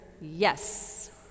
yes